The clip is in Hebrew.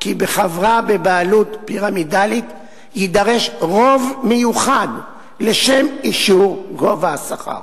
כי בחברה בבעלות פירמידלית יידרש רוב מיוחד לשם אישור גובה השכר.